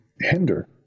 hinder